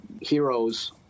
heroes